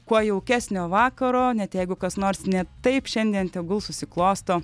kuo jaukesnio vakaro net jeigu kas nors ne taip šiandien tegul susiklosto